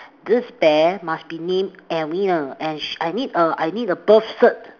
this bear must be named Edwina and she I need a I need a birth cert